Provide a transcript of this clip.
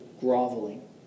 groveling